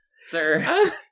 Sir